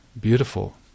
beautiful